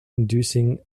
inducing